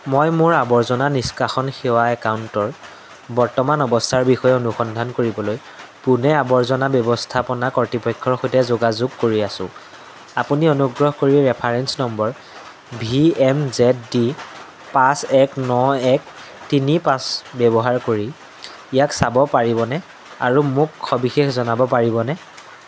মই মোৰ আৱৰ্জনা নিষ্কাশন সেৱা একাউণ্টৰ বৰ্তমান অৱস্থাৰ বিষয়ে অনুসন্ধান কৰিবলৈ পুনে আৱৰ্জনা ব্যৱস্থাপনা কৰ্তৃপক্ষৰ সৈতে যোগাযোগ কৰি আছোঁ আপুনি অনুগ্ৰহ কৰি reference number V M Z D পাঁচ এক ন এক তিনি পাঁচ ব্যৱহাৰ কৰি ইয়াক চাব পাৰিবনে আৰু মোক সবিশেষ জনাব পাৰিবনে